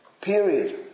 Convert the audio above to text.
Period